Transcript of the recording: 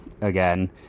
again